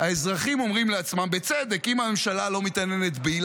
האזרחים אומרים לעצמם בצדק: אם הממשלה לא מתעניינת בי,